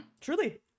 Truly